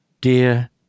Dear